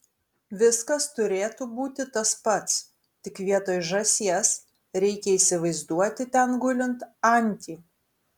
viskas turėtų būti tas pats tik vietoj žąsies reikia įsivaizduoti ten gulint antį